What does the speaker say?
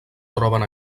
troben